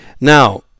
Now